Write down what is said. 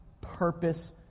purpose